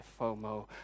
FOMO